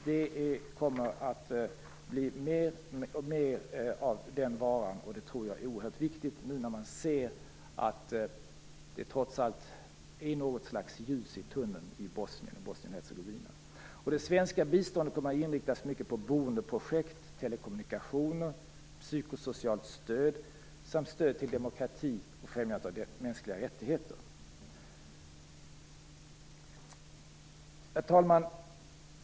Det kommer att bli mer och mer av den varan, och det tror jag är oerhört viktigt nu när man ser att det trots allt är något slags ljus i tunneln i Bosnien-Hercegovina. Det svenska biståndet kommer att inriktas på boendeprojekt, telekommunikationer, psykosocialt stöd samt stöd till demokrati och främjande av mänskliga rättigheter. Herr talman!